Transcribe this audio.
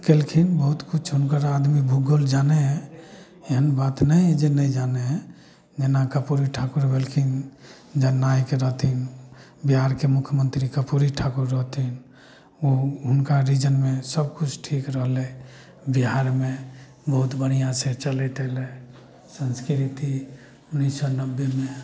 कयलखिन बहुत किछु हुनकर आदमी भूगोल जानय हइ एहन बात नहि हइ जे नहि जानय हइ जेना कर्पूरी ठाकुर भेलखिन जननायक रहथिन बिहारके मुख्यमन्त्री कर्पूरी ठाकुर रहथिन ओ हुनका रीजनमे सब किछु ठीक रहलइ बिहारमे बहुत बढ़िआँ से चलैत एलय संस्कृति उन्नैस सए नब्बेमे